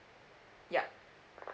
yup